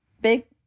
big